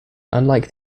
unlike